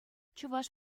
чӑваш